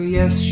Yes